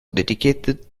dedicated